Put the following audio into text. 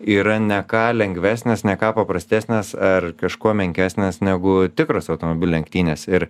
yra ne ką lengvesnės ne ką paprastesnės ar kažkuo menkesnės negu tikros automobilių lenktynės ir